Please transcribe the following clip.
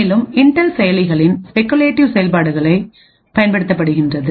மேலும் இன்டெல் செயலிகளின் ஸ்பெகுலேட்டிவ் செயல்பாடுகளை பயன்படுத்துகிறது